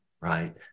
right